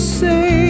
say